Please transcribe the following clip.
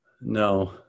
no